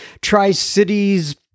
tri-cities